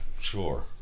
sure